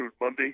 Monday